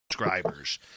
subscribers